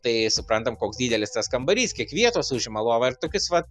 tai suprantam koks didelis tas kambarys kiek vietos užima lova ir tokius vat